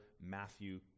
Matthew